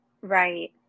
Right